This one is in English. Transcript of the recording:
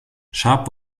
sharp